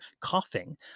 coughing